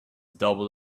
doubled